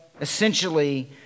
essentially